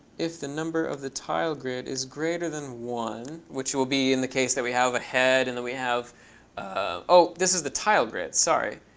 if the number of the tile grid is greater than one, which will be in the case that we have a head, and then we have oh, this is the tile grid. sorry.